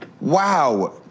Wow